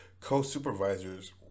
co-supervisors